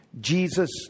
Jesus